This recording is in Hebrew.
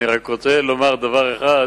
אני רק רוצה לומר דבר אחד: